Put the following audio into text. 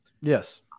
Yes